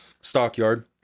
stockyard